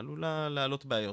גם על הפלטפורמות וגם על הערוצים,